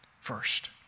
First